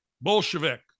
Bolshevik